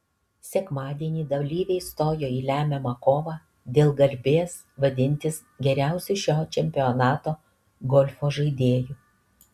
sekmadienį dalyviai stojo į lemiamą kovą dėl garbės vadintis geriausiu šio čempionato golfo žaidėju